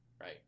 right